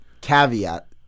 caveat